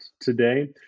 today